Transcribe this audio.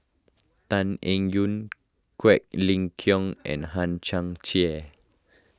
Tan Eng Yoon Quek Ling Kiong and Hang Chang Chieh